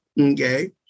okay